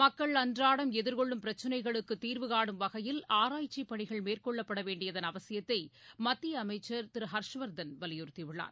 மக்கள் அன்றாடம் எதிர்கொள்ளும் பிரச்னைகளுக்கு தீர்வுகானும் வகையில் ஆராய்ச்சி பணிகள் மேற்கொள்ளப்பட வேண்டியதன் அவசியத்தை மத்திய அமைச்சர் திரு அஹர்ஷ்வர்தன் வலியுறுத்தி உள்ளார்